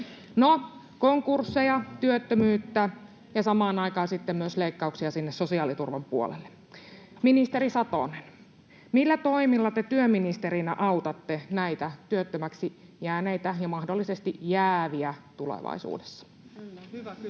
on konkursseja, työttömyyttä ja samaan aikaan myös leikkauksia sosiaaliturvan puolelle. Ministeri Satonen, millä toimilla te työministerinä autatte näitä työttömäksi jääneitä ja mahdollisesti tulevaisuudessa jääviä?